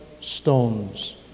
stones